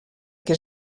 que